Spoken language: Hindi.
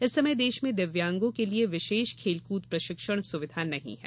इस समय देश में दिव्यागों के लिए विशेष खेलकूद प्रशिक्षण सुविधा नहीं है